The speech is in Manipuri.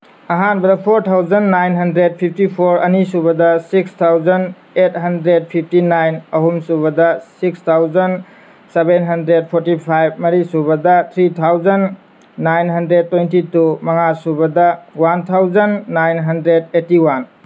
ꯑꯍꯥꯟꯕꯗ four thousand nine hundred fifty four ꯑꯅꯤꯁꯨꯕꯗ six thousand eight hundred fifty nine ꯑꯍꯨꯝ ꯁꯨꯕꯗ six thousand seven hundred forty five ꯃꯔꯤ ꯁꯨꯕꯗ three thousand nine hundred twenty two ꯃꯉꯥ ꯁꯨꯕꯗ one thousand nine hundred eighty one